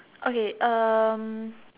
okay um